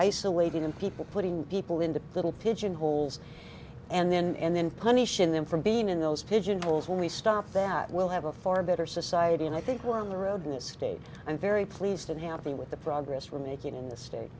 isolating in people putting people into little pigeon holes and then and then punishing them from being in those pigeonholes when we stop that will have a far better society and i think we're on the ground in a state i'm very pleased and happy with the progress we're making in the state